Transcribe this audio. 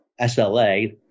SLA